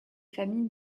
familles